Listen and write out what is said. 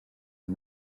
and